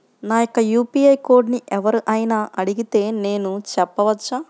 నా యొక్క యూ.పీ.ఐ కోడ్ని ఎవరు అయినా అడిగితే నేను చెప్పవచ్చా?